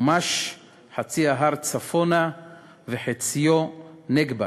ומש חצי ההר צפונה וחציו נגבה,